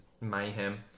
mayhem